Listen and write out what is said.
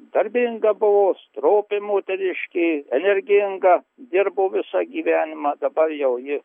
darbinga buvo stropi moteriškė energinga dirbo visą gyvenimą dabar jau ji